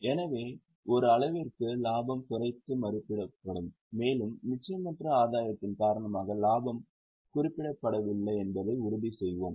எனவே ஒரு அளவிற்கு இலாபம் குறைத்து மதிப்பிடப்படும் மேலும் நிச்சயமற்ற ஆதாயத்தின் காரணமாக இலாபம் குறிப்பிடப்படவில்லை என்பதை உறுதி செய்வோம்